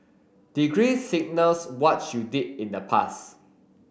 degrees signals what's you did in the past